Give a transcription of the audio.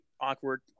awkward